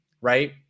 right